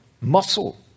muscle